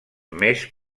més